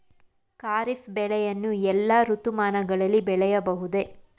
ಖಾರಿಫ್ ಬೆಳೆಯನ್ನು ಎಲ್ಲಾ ಋತುಮಾನಗಳಲ್ಲಿ ಬೆಳೆಯಬಹುದೇ?